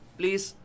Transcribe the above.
please